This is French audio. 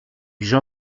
jean